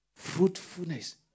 Fruitfulness